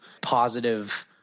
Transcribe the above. positive